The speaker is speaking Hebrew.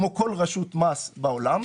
כמו כל רשות מס בעולם,